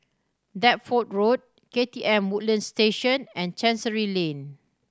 Deptford Road K T M Woodlands Station and Chancery Lane